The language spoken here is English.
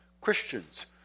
Christians